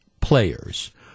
players